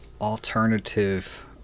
alternative